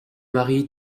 mari